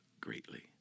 greatly